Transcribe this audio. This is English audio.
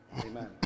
Amen